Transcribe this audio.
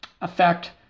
effect